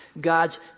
God's